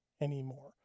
anymore